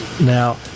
Now